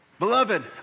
Beloved